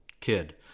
kid